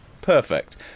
perfect